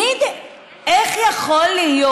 איך יכול להיות?